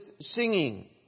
singing